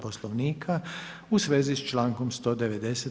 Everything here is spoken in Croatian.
Poslovnika u svezi s člankom 190.